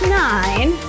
nine